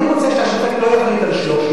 אני רוצה שהשופט לא יחליט על 300,